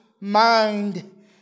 mind